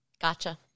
Gotcha